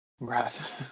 Right